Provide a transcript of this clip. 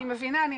אני מבינה.